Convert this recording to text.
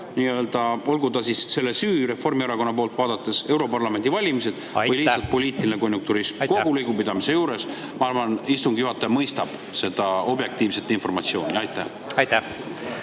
praegu, olgu selle süü Reformierakonna poolt vaadates europarlamendi valimised või lihtsalt poliitiline konjunkturism. Kogu lugupidamise juures, ma arvan, istungi juhataja mõistab seda objektiivset informatsiooni. Aitäh!